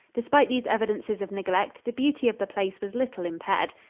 despite these evidences of neglect, the beauty of the place was little impaired.